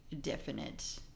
definite